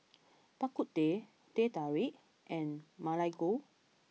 Bak Kut Teh Teh Tarik and Ma Lai Gao